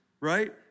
right